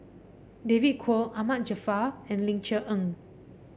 David Kwo Ahmad Jaafar and Ling Cher Eng